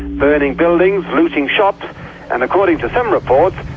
burning buildings, looting shops and, according to some reports,